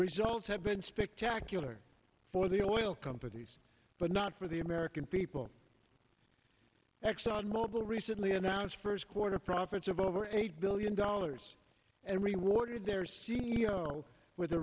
results have been spectacular for the oil companies but not for the american people exxon mobil recently announced first quarter profits of over eight billion dollars and rewarded their c e o with